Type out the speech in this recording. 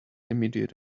immediate